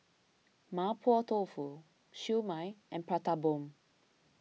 Mapo Tofu Siew Mai and Prata Bomb